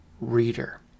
reader